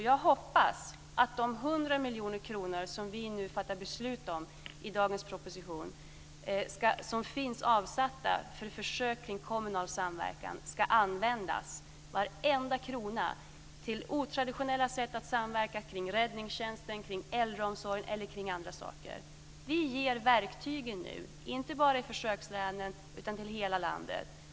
Jag hoppas att de 100 miljoner kronor som vi fattar beslut om i dagens proposition och som finns avsatta för ett försök med kommunal samverkan ska användas, varenda krona, till otraditionella sätt att samverka kring räddningstjänst, kring äldreomsorg eller kring andra saker. Vi ger verktygen nu, inte bara till försökslänen utan till hela landet.